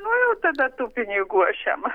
nu jau tada tų pinigų aš jam